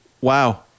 Wow